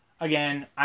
again